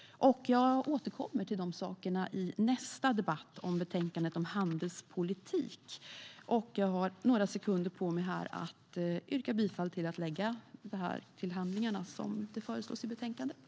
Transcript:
Jag återkommer till detta i nästa debatt om betänkandet om handelspolitik. Jag yrkar bifall till att EU-kommissionens meddelande läggs till handlingarna, som föreslås i betänkandet.